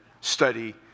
study